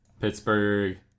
Pittsburgh